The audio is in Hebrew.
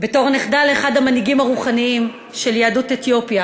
בתור נכדה לאחד המנהיגים הרוחניים של יהדות אתיופיה